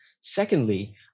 Secondly